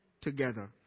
together